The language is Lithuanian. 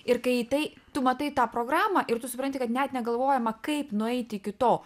ir kai į tai tu matai tą programą ir tu supranti kad net negalvojama kaip nueiti iki to